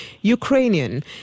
ukrainian